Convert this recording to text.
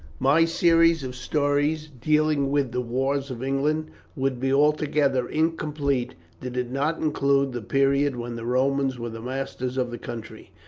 my series of stories dealing with the wars of england would be altogether incomplete did it not include the period when the romans were the masters of the country.